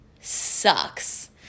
sucks